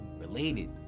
related